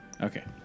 Okay